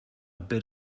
bit